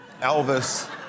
Elvis